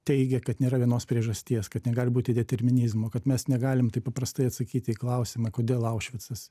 teigia kad nėra vienos priežasties kad negali būti determinizmo kad mes negalim taip paprastai atsakyti į klausimą kodėl aušvicas